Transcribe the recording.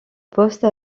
poste